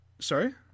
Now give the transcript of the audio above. Sorry